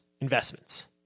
investments